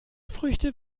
früchte